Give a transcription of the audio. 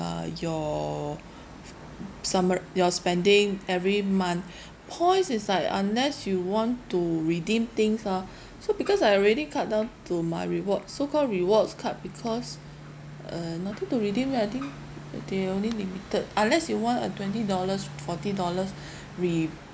uh your summar~ your spending every month points is like unless you want to redeem things ah so because I already cut down to my reward so called rewards card because uh nothing to redeem yeah I think they only limited unless you want a twenty dollars forty dollars re~